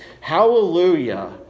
Hallelujah